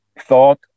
thought